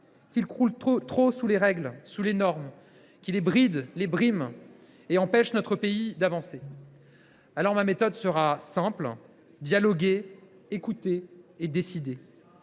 Qu’ils croulent sous les règles et sous les normes qui les brident, les briment et empêchent notre pays d’avancer. Alors, ma méthode sera simple : dialoguer, écouter et décider.